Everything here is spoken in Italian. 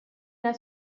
era